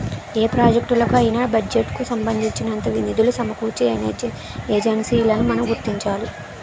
ఏ ప్రాజెక్టులకు అయినా బడ్జెట్ కు సంబంధించినంత నిధులు సమకూర్చే ఏజెన్సీలను మనం గుర్తించాలి